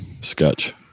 sketch